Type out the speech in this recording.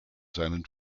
seinen